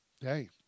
hey